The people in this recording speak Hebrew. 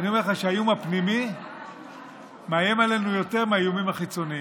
אני אומר לך שהאיום הפנימי מאיים עלינו יותר מהאיומים החיצוניים.